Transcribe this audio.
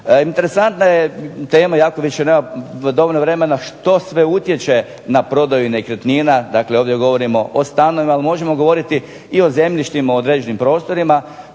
Interesantna je tema, iako više nemam dovoljno vremena što sve utječe na prodaju nekretnina. Dakle, ovdje govorimo o stanovima. Ali možemo govoriti i o zemljištima u određenim prostorima.